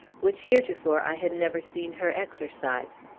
which heretofore i had never seen her exercise.